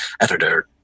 editor